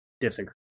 disagree